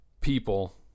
people